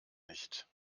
nicht